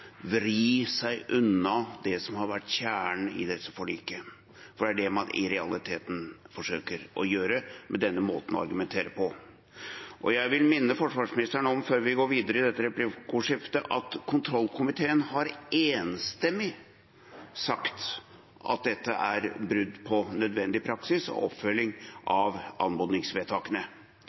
vri seg unna det som har vært kjernen i dette forliket, for det er det man i realiteten forsøker å gjøre med denne måten å argumentere på. Jeg vil minne forsvarsministeren om, før vi går videre i dette replikkordskiftet, at kontrollkomiteen enstemmig har sagt at dette er brudd på nødvendig praksis og oppfølging av